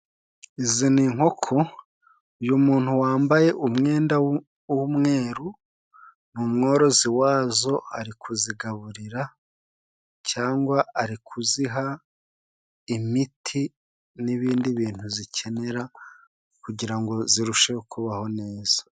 Izi ni inkoko. Uyu muntu wambaye umwenda w'umweru ni umworozi wazo. Ari kuzigaburira cyangwa ari kuziha imiti n'ibindi bintu zikenera, kugira ngo zirusheho kubaho neza.